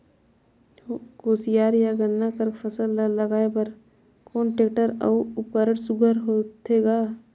कोशियार या गन्ना कर फसल ल लगाय बर कोन टेक्टर अउ उपकरण सुघ्घर होथे ग?